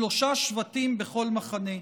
שלושה שבטים בכל מחנה.